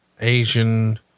Asian